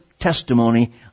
testimony